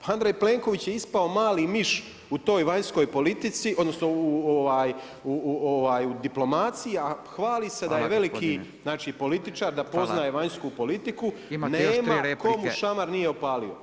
Andrej Plenković je ispao mali miš u toj vanjskoj politici, odnosno u diplomaciji, a hvali se da je veliki političar, da poznaje vanjsku politiku, nema tko mu šamar nije opalio.